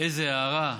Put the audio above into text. איזו הארה.